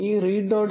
ഈ read